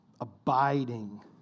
abiding